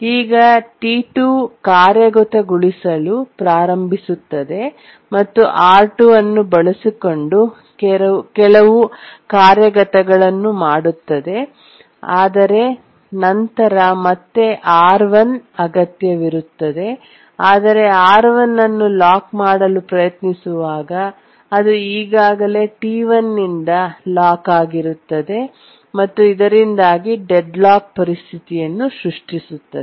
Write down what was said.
ಈಗ T2 ಕಾರ್ಯಗತಗೊಳಿಸಲು ಪ್ರಾರಂಭಿಸುತ್ತದೆ ಮತ್ತು R2 ಅನ್ನು ಬಳಸಿಕೊಂಡು ಕೆಲವು ಕಾರ್ಯಗತಗಳನ್ನು ಮಾಡುತ್ತದೆ ಆದರೆ ನಂತರ ಮತ್ತೆ R1 ಅಗತ್ಯವಿದೆ ಆದರೆ R1 ಅನ್ನು ಲಾಕ್ ಮಾಡಲು ಪ್ರಯತ್ನಿಸುವಾಗ ಅದು ಈಗಾಗಲೇ T1 ನಿಂದ ಲಾಕ್ ಆಗುತ್ತದೆ ಮತ್ತು ಇದರಿಂದಾಗಿ ಡೆಡ್ಲಾಕ್ ಪರಿಸ್ಥಿತಿಯನ್ನು ಸೃಷ್ಟಿಸುತ್ತದೆ